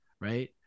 Right